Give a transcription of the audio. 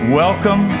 welcome